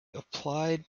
applied